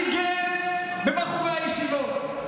אני גאה בבחורי הישיבות,